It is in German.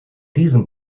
diesem